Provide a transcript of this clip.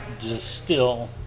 distill